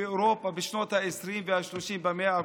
באירופה בשנות העשרים והשלושים במאה הקודמת?